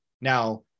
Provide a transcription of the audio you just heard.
Now